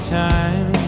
time